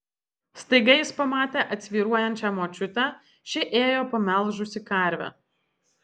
staiga jis pamatė atsvyruojančią močiutę ši ėjo pamelžusi karvę